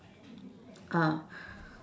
ah